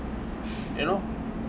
you know